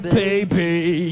baby